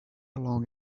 along